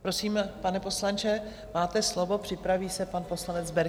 Prosím, pane poslanče, máte slovo, připraví se pan poslanec Berki.